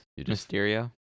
Mysterio